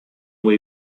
way